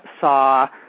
saw